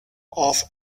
off